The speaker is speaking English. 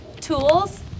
tools